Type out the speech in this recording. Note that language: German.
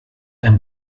ein